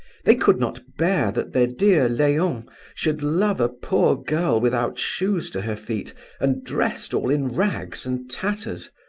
they could not bear that their dear leon should love a poor girl without shoes to her feet and dressed all in rags and tatters.